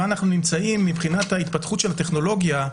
אנחנו נמצאים מבחינת ההתפתחות של הטכנולוגיה,